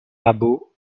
rabault